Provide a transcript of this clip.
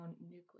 nucleus